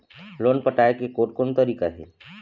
Loan पटाए के कोन कोन तरीका हे?